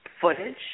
footage